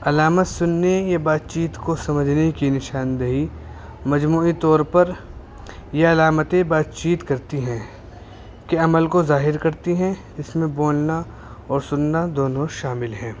علامت سننے یہ بات چیت کو سمجھنے کی نشاندہی مجموعی طور پر یہ علامتیں بات چیت کرتی ہیں کہ عمل کو ظاہر کرتی ہیں اس میں بولنا اور سننا دونوں شامل ہیں